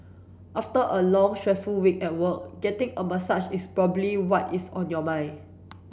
after a long stressful week at work getting a massage is probably what is on your mind